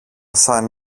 σαν